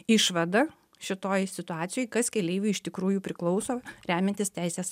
išvadą šitoj situacijoj kas keleivių iš tikrųjų priklauso remiantis teisės